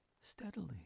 Steadily